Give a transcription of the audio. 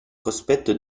cospetto